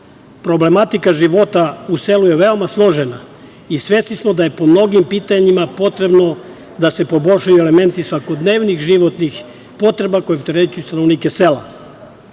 Problematika života u selu je veoma složena i svesni smo da je po mnogim pitanjima potrebno da se poboljšaju elementi svakodnevnih životnih potreba koje opterećuje stanovnike sela. Selo